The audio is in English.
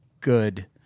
good